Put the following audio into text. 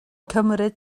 cymryd